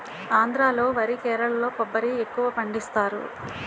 ఆంధ్రా లో వరి కేరళలో కొబ్బరి ఎక్కువపండిస్తారు